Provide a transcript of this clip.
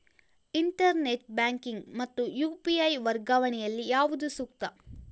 Internet banking ಮತ್ತು UPI ವರ್ಗಾವಣೆ ಯಲ್ಲಿ ಯಾವುದು ಸೂಕ್ತ?